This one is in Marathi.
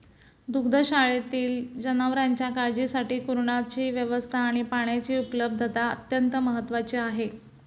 दुग्धशाळेतील जनावरांच्या काळजीसाठी कुरणाची व्यवस्था आणि पाण्याची उपलब्धता अत्यंत महत्त्वाची आहे